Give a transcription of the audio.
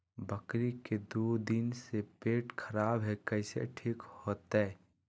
बकरी के दू दिन से पेट खराब है, कैसे ठीक होतैय?